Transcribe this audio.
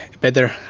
better